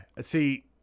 see